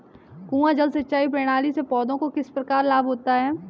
कुआँ जल सिंचाई प्रणाली से पौधों को किस प्रकार लाभ होता है?